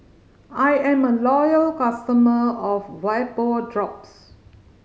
I am a loyal customer of Vapodrops